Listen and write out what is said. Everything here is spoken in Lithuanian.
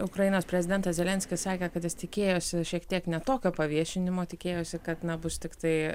ukrainos prezidentas zelenskis sakė kad jis tikėjosi šiek tiek ne tokio paviešinimo tikėjosi kad na bus tiktai